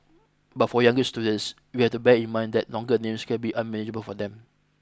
but for younger students we have to bear in mind that longer names can be unmanageable for them